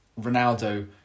Ronaldo